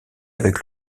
avec